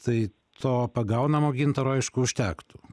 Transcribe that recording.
tai to pagaunamo gintaro aišku užtektų